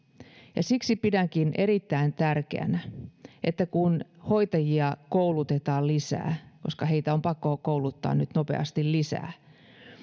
siksi pidänkin erittäin tärkeänä että kun hoitajia koulutetaan lisää koska heitä on pakko kouluttaa nyt nopeasti lisää